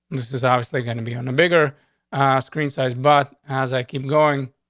this is obviously going to be on a bigger screen size. but as i came going,